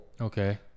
Okay